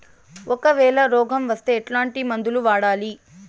ఒకవేల రోగం వస్తే ఎట్లాంటి మందులు వాడాలి?